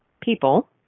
people